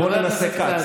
בוא ננסה כץ.